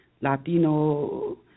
Latino